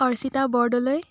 Archita Bordoloi